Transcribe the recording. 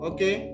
Okay